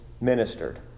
ministered